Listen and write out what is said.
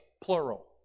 plural